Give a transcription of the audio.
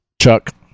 Chuck